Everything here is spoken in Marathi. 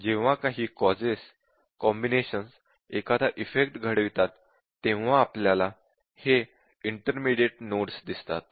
जेव्हा काही कॉजेस कॉम्बिनेशन्स एखादा इफेक्ट घडवितात तेव्हा येथे आपल्याला हे इन्टर्मीडीएट नोड्स दिसतात